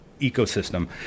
ecosystem